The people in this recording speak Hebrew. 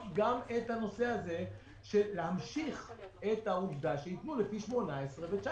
עכשיו גם את הנושא הזה - להמשיך העובדה שייתנו לפי 18' ו-19'.